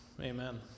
Amen